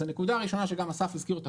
אז הנקודה הראשונה שגם אסף הזכיר אותה